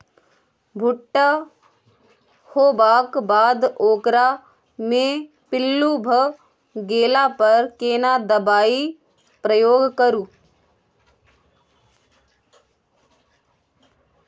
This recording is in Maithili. भूट्टा होबाक बाद ओकरा मे पील्लू भ गेला पर केना दबाई प्रयोग करू?